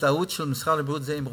ההזדהות של משרד הבריאות היא עם הרופאים,